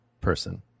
person